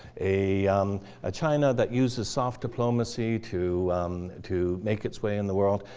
a a china that uses soft diplomacy to to make its way in the world.